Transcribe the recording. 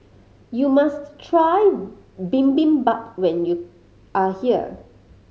you must try Bibimbap when you are here